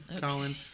Colin